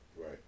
Right